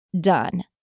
done